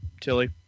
Tilly